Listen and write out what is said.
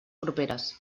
properes